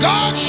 God